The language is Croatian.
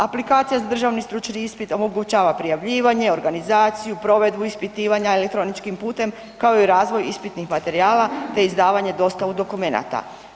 Aplikacija za državni stručni ispit omogućava prijavljivanje, organizaciju, provedbu ispitivanja elektroničkim putem, kao i razvoj ispitnih materijala, te izdavanje i dostavu dokumenata.